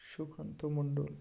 Sukanta Mondal